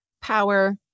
power